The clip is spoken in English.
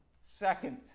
Second